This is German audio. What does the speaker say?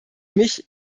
mich